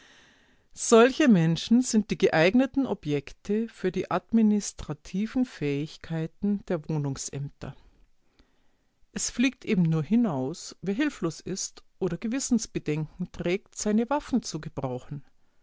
solche menschen sind die geeigneten objekte für die administrativen fähigkeiten der wohnungsämter es fliegt eben nur hinaus wer hilflos ist oder gewissensbedenken trägt seine waffen zu gebrauchen